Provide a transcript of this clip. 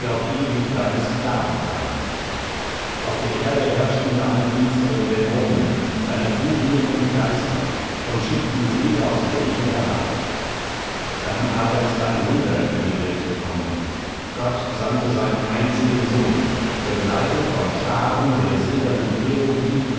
auf ewig deine sklaven seien auf der erde herrschten deine finsteren dämonen deine furien und geister und schickten seele auf seele herab dann aber ist ein wunder über die welt gekommen gott sandte seinen einzigen sohn begleitet von scharen der silbernen